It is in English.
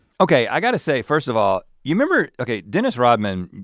okay, i gotta say first of all, you remember okay, dennis rodman?